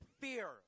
fear